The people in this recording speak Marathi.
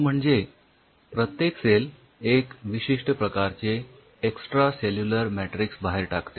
तो म्हणजे प्रत्येक सेल एक विशिष्ठ प्रकारचे एक्सट्रा सेल्युलर मॅट्रिक्स बाहेर टाकते